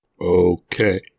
Okay